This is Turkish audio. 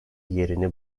yerini